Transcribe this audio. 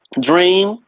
dream